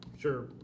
sure